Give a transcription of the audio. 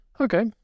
Okay